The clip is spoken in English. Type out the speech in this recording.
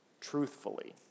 truthfully